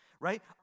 right